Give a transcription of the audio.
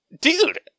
dude